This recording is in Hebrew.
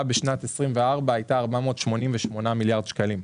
בשנת 2024 הייתה 488 מיליארד שקלים.